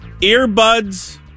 Earbuds